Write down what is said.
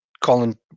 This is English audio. Colin